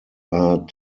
are